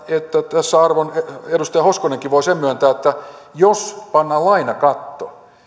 tässä arvon edustaja hoskonenkin voi sen myöntää että jos pannaan lainakatto